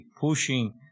pushing